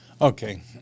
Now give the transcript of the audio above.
Okay